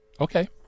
Okay